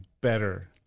better